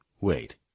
wait